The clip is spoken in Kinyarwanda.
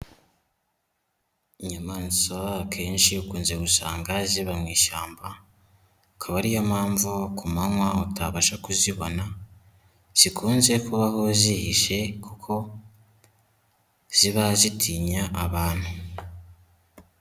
Inyamaswa akenshi ukunze gusanga ziba mu ishyamba, akaba ariyo mpamvu ku manywa utabasha kuzibona, zikunze kubaho zihishe kuko ziba zitinya abantu.